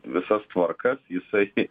visas tvarkas jisai